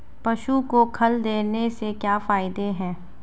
पशु को खल देने से क्या फायदे हैं?